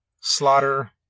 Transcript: Slaughter